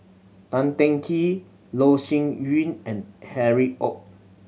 Tan Teng Kee Loh Sin Yun and Harry Ord